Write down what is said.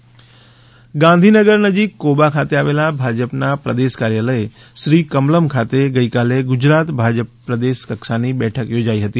ભાજપ બેઠક ગાંધીનગર નજીક કોબા ખાતે આવેલા ભાજપના પ્રદેશ કાર્યાલય શ્રી કમલમ ખાતે ગઇકાલે ગુજરાત ભાજપની પ્રદેશ કક્ષાની બેઠક યોજાઇ હતી